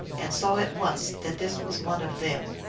and saw at once that this was one of them.